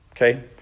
Okay